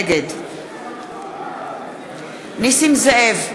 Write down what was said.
נגד נסים זאב,